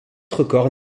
records